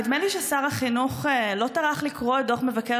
נדמה לי ששר החינוך לא טרח לקרוא את דוח מבקר